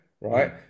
Right